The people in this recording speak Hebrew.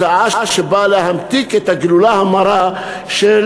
הצעה שבאה להמתיק את הגלולה המרה של